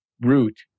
root